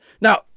Now